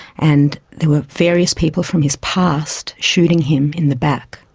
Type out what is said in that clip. and there were various people from his past shooting him in the back.